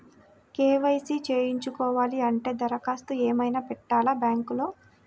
KYC చేయించుకోవాలి అంటే దరఖాస్తు ఏమయినా పెట్టాలా బ్యాంకులో?